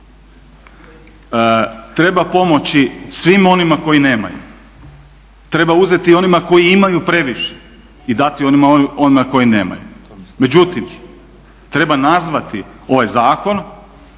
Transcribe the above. Treba pomoći svima onima koji nemaju, treba uzeti onima koji imaju previše i dati onima koji nemaju. Međutim, treba nazvati ovaj zakon